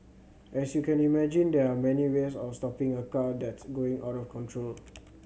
as you can imagine there are many ways of stopping a car that's going out of control